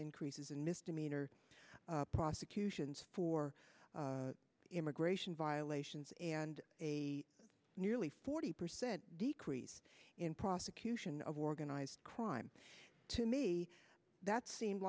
increases in misdemeanor prosecutions for immigration violations and a nearly forty percent decrease in prosecution of organized crime to me that seem